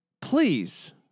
please